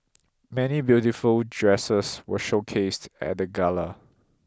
many beautiful dresses were showcased at the gala